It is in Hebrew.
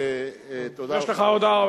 ותודה לך על הזמן.